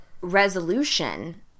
resolution